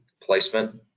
placement